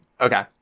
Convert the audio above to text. Okay